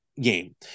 game